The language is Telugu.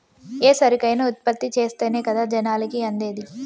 ఏ సరుకైనా ఉత్పత్తి చేస్తేనే కదా జనాలకి అందేది